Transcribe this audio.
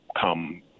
come